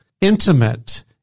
intimate